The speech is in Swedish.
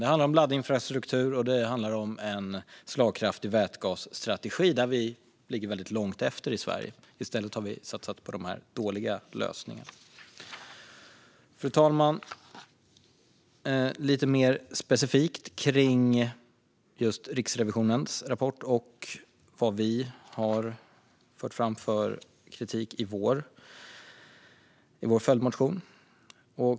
Det handlar om laddinfrastruktur och om en slagkraftig vätgasstrategi. Där ligger vi i Sverige långt efter. I stället har vi satsat på dessa dåliga lösningar. Fru talman! Låt mig gå in lite mer specifikt på just Riksrevisionens rapport och den kritik som vi har framfört i vår följdmotion.